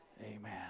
Amen